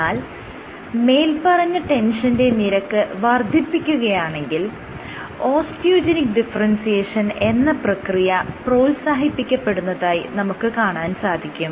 എന്നാൽ മേല്പറഞ്ഞ ടെൻഷന്റെ നിരക്ക് വർദ്ധിപ്പിക്കുകയാണെങ്കിൽ ഓസ്റ്റിയോജെനിക് ഡിഫറെൻസിയേഷൻ എന്ന പ്രക്രിയ പ്രോത്സാഹിപ്പിക്കപ്പെടുന്നതായി നമുക്ക് കാണാൻ സാധിക്കും